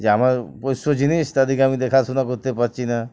যে আমার পোষ্য জিনিস দিকে আমি দেখাশোনা করতে পারছি না